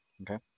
Okay